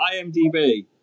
IMDb